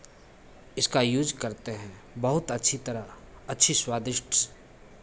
इसका यूज़ करते हैं बहुत अच्छी तरह अच्छी स्वादिष्ट